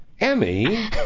Emmy